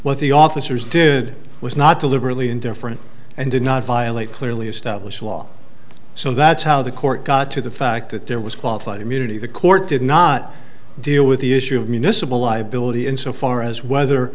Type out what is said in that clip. what the officers did was not deliberately indifferent and did not violate clearly established law so that's how the court got to the fact that there was qualified immunity the court did not deal with the issue of municipal liability in so far as whether